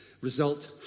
result